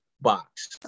box